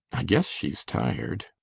i guess she's tired,